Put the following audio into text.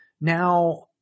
Now